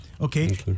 Okay